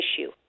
issue